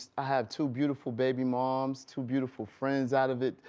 i have two beautiful baby moms, two beautiful friends out of it,